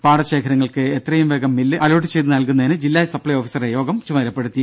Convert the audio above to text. പാടശേഖരങ്ങൾക്ക് എത്രയും വേഗം mill allot ചെയ്ത് നൽകുന്നതിന് ജില്ലാ സപ്ലൈ ഓഫീസറെ യോഗം ചുമതലപ്പെടുത്തി